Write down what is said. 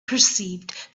perceived